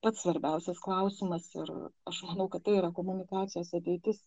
pats svarbiausias klausimas ir aš manau kad tai yra komunikacijos ateitis